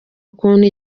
ukuntu